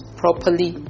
properly